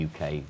UK